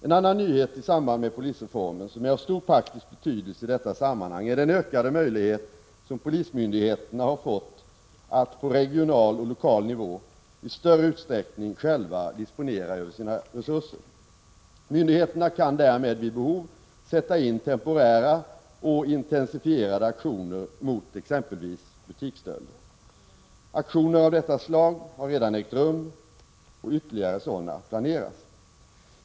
En annan nyhet i samband med polisreformen, som är av stor praktisk betydelse i detta sammanhang, är den ökade möjlighet som polismyndigheterna har fått att på regional och lokal nivå i större utsträckning själva disponera sina resurser. Myndigheterna kan därmed vid behov sätta in temporära och intensifierade aktioner mot exempelvis butiksstölder. Aktioner av detta slag har redan ägt rum, och ytterligare sådana planeras.